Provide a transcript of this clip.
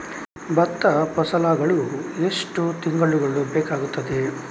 ಭತ್ತ ಫಸಲಾಗಳು ಎಷ್ಟು ತಿಂಗಳುಗಳು ಬೇಕಾಗುತ್ತದೆ?